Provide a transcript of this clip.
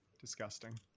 Disgusting